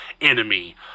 enemy